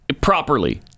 properly